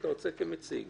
אתה רוצה כמציג.